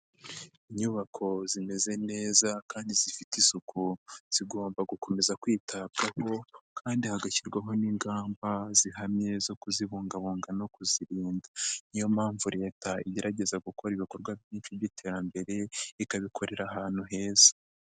Inyubako zimeze neza kandi zifite isuku zigomba gukomeza kwitabwaho kandi hagashyirwaho n'ingamba zihamye zo kuzibungabunga no kuzirinda. Niyo mpamvu Leta igerageza gukora ibikorwa byinshi by'iterambere, ikabikorera ahantu heza.